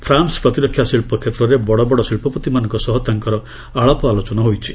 France ପ୍ରତିରକ୍ଷା ଶିଳ୍ପ କ୍ଷେତ୍ରର ବଡ଼ ବଡ଼ ଶିଳ୍ପପତିମାନଙ୍କ ସହ ତାଙ୍କର ଆଳାପ ଆଲୋଚନା ହୋଇଛି